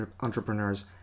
entrepreneurs